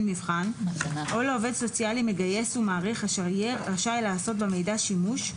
מבחן או לעובד סוציאלי מגייס ומעריך אשר יהיה רשאי לעשות במידע שימוש,